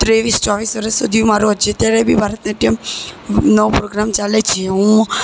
ત્રેવીસ ચોવીસ વરસ સુધી હું મારો હજી અત્યારે બી ભરત ભારત નાટ્યમ નો પ્રોગ્રામ ચાલે છે હું